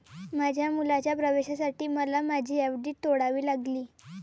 माझ्या मुलाच्या प्रवेशासाठी मला माझी एफ.डी तोडावी लागली